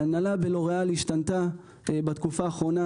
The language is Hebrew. ההנהלה בלוריאל השתנתה בתקופה האחרונה,